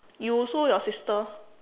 you sue your sister